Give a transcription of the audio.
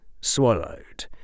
swallowed